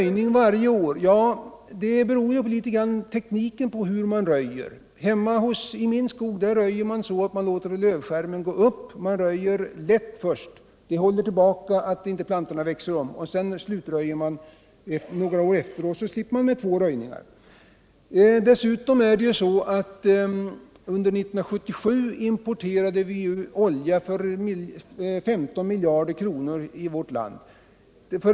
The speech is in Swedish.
När det gäller påståendet att vi måste röja varje år vill jag säga att det något beror på tekniken för röjningen. I min skog röjer man så att man låter lövskärmen gå upp. Först röjer man lätt så att plantorna inte växer upp, och sedan slutröjer man några år därefter. På det sätter slipper man undan med två röjningar. Under 1977 importerade vi olja för 15 miljarder kronor.